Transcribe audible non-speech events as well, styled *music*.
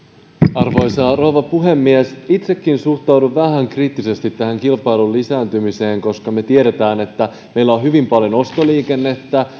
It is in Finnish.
arvoisa rouva puhemies itsekin suhtaudun vähän kriittisesti tähän kilpailun lisääntymiseen koska me tiedämme että meillä on hyvin paljon ostoliikennettä *unintelligible*